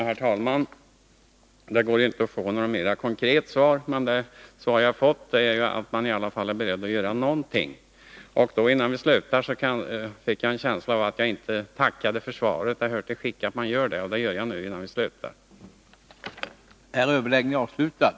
Herr talman! Det går alltså inte att få något mera konkret svar. Men det svar jag har fått är att man i alla fall är beredd att göra någonting. Jag får en känsla av att jag inte tackade för svaret. Det hör till gott skick att man gör det, och jag framför alltså nu ett tack.